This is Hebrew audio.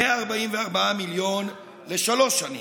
144 מיליון שקלים לשלוש שנים.